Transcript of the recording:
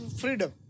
freedom